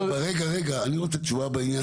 אני רוצה תשובה בעניין